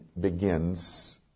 begins